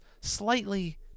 slightly